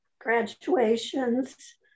graduations